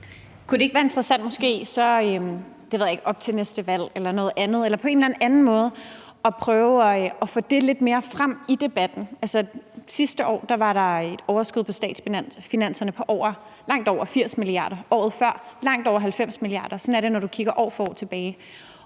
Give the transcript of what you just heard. måske så ikke være interessant op til næste valg eller noget andet at prøve at få det lidt mere frem i debatten? Sidste år var der et overskud på statsfinanserne på langt over 80 mia. kr., og året før var det på langt over 90 mia. kr. Sådan er det, når du kigger tilbage